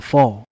Fall